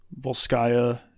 volskaya